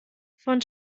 von